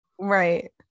Right